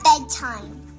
bedtime